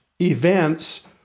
events